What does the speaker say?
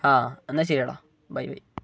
ആ എന്നാ ശെരിയെടാ ബൈ ബൈ